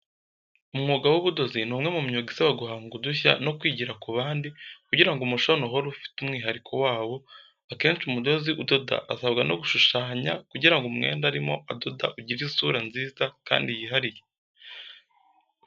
Umwuga w’ubudozi ni umwe mu myuga isaba guhanga udushya no kwigira ku bandi kugira ngo umushono uhore ufite umwihariko wawo. Akenshi umudozi udoda asabwa no gushushanya, kugira ngo umwenda arimo adoda ugire isura nziza kandi yihariye.